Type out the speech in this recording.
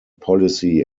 policy